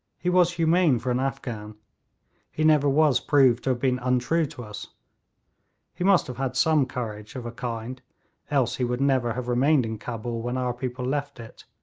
he was humane for an afghan he never was proved to have been untrue to us he must have had some courage of a kind else he would never have remained in cabul when our people left it,